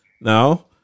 Now